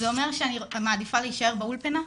זה אומר שאני מעדיפה להישאר באולפנה,